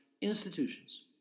institutions